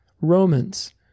Romans